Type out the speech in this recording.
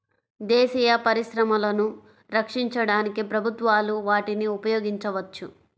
దేశీయ పరిశ్రమలను రక్షించడానికి ప్రభుత్వాలు వాటిని ఉపయోగించవచ్చు